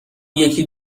یکی